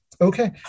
Okay